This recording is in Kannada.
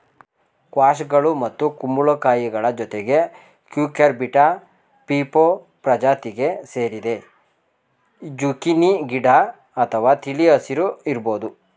ಸ್ಕ್ವಾಷ್ಗಳು ಮತ್ತು ಕುಂಬಳಕಾಯಿಗಳ ಜೊತೆಗೆ ಕ್ಯೂಕರ್ಬಿಟಾ ಪೀಪೊ ಪ್ರಜಾತಿಗೆ ಸೇರಿದೆ ಜುಕೀನಿ ಗಾಢ ಅಥವಾ ತಿಳಿ ಹಸಿರು ಇರ್ಬೋದು